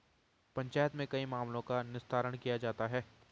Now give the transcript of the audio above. पंचायत में कई मामलों का निस्तारण किया जाता हैं